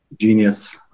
genius